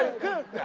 ah good